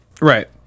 right